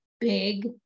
big